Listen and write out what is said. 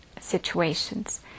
situations